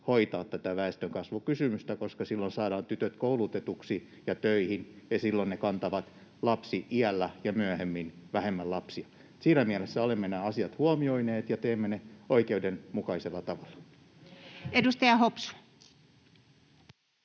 hoitaa tätä väestönkasvukysymystä, koska silloin saadaan tytöt koulutetuiksi ja töihin, ja silloin he kantavat lapsi-iällä ja myöhemmin vähemmän lapsia. Siinä mielessä olemme nämä asiat huomioineet ja teemme ne oikeudenmukaisella tavalla. Edustaja Hopsu.